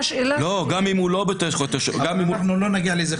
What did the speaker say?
גם אם הוא לא בתוך השטח הציבורי --- אנחנו לא נגיע לזה,